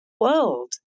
world